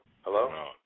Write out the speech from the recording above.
Hello